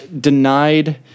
denied